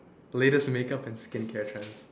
latest makeup and skin care trends